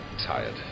tired